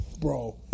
Bro